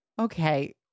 Okay